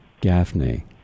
Gaffney